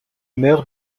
meurt